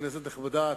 כנסת נכבדה,